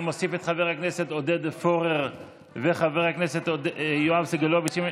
ואני מוסיף את חבר הכנסת עודד פורר וחבר הכנסת יואב סגלוביץ'.